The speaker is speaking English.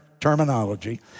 terminology